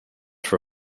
for